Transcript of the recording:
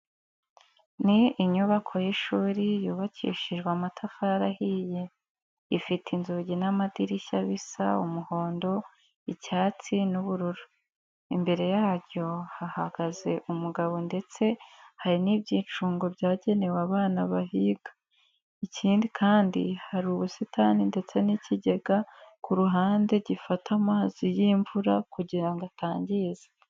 Ni inyubako y'ishuri yubakishijwe amatafari ahiye, ifite inzugi n'amadirishya bisa umuhondo, icyatsi n'ubururu. Imbere yaryo hahagaze umugabo ndetse hari n'ibyicungo byagenewe abana bahiga. Ikindi kandi, hari ubusitani ndetse n'ikigega ku ruhande gifata amazi y'imvura kugira ngo atangiza.